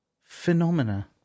phenomena